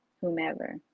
whomever